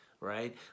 right